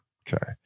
okay